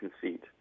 conceit